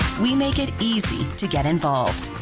we make it easy to get involved.